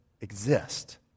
exist